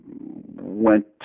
went